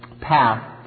path